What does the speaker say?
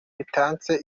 bitatse